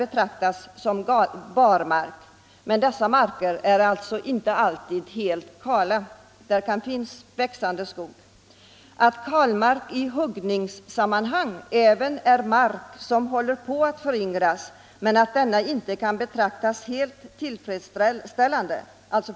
Detta innebär att det på dessa marker ofta finns ett registrerat virkesförråd. De är alltså inte alltid helt kala. Kalmark i huggningsklassammanhang omfattar förutom helt kal mark även mark som håller på att föryngras men där föryngringen inte kan betraktas som tillfresställande.